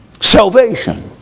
salvation